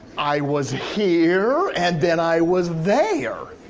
i was here, and then i was there,